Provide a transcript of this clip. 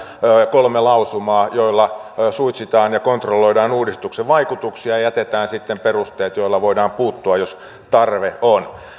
kolme lausumaa joilla suitsitaan ja kontrolloidaan uudistuksen vaikutuksia ja jätetään perusteet joilla voidaan puuttua jos tarve on